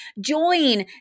join